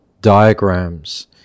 diagrams